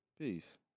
Peace